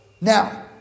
now